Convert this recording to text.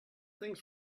things